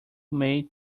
maid